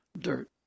dirt